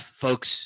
folks